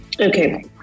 Okay